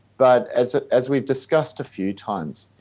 but as ah as we've discussed a few times,